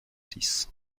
six